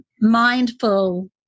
mindful